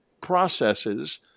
processes